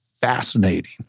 fascinating